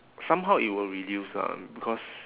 somehow it will reduce lah because